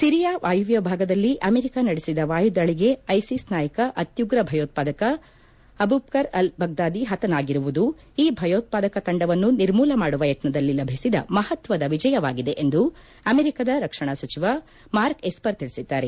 Syria ವಾಯುವ್ದ ಭಾಗದಲ್ಲಿ America ನಡೆಸಿದ ವಾಯುದಾಳಿಗೆ ಐಸಿಸ್ ನಾಯಕ ಅತ್ಯುಗ್ರ ಭಯೋತ್ಪಾದಕ ಅಬುಬಕರ್ ಅಲ್ ಬಗ್ನಾದಿ ಹತನಾಗಿರುವುದು ಈ ಭಯೋತ್ವಾದಕ ತಂಡವನ್ನು ನಿರ್ಮೂಲ ಮಾಡುವ ಯತ್ನದಲ್ಲಿ ಲಭಿಸಿದ ಮಹತ್ವದ ವಿಜಯವಾಗಿದೆ ಎಂದು ಅಮೆರಿಕದ ರಕ್ಷಣಾ ಸಚಿವ ಮಾರ್ಕ್ ಎಸ್ಪರ್ ತಿಳಿಸಿದ್ದಾರೆ